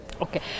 Okay